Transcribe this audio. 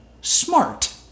smart